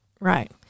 Right